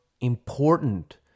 important